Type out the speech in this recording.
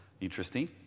Interesting